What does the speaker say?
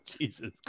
Jesus